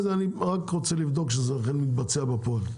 בסדר, אני רק רוצה לבדוק שזה אכן יתבצע בפועל.